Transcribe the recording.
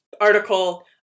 article